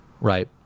right